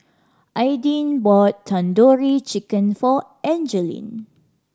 Aidyn bought Tandoori Chicken for Angeline